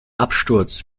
absturz